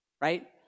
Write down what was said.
right